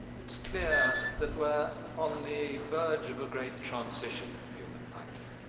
it's clear that we're on the verge of a great transition in human life.